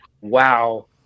wow